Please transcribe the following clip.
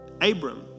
Abram